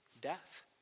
Death